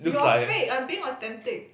you're fake I'm being authentic